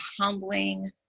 humbling